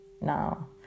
now